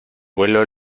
vuelo